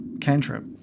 cantrip